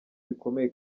bikomeye